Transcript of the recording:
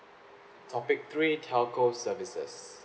topic three telco services